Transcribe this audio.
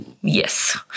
Yes